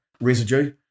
residue